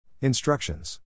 Instructions